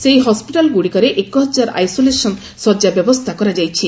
ସେହି ହସ୍କିଟାଲଗୁଡ଼ିକରେ ଏକହଜାର ଆଇସୋଲେସନ୍ ଶଯ୍ୟା ବ୍ୟବସ୍ଥା କରାଯାଇଛି